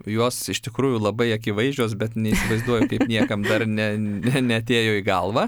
jos iš tikrųjų labai akivaizdžios bet neįsivaizduoju niekam dar ne ne neatėjo į galvą